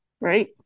Right